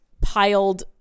piled